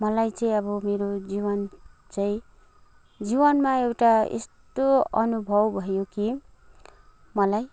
मलाई चाहिँ अब मेरो जीवन चाहिँ जीवनमा एउटा यस्तो अनुभव भयो कि मलाई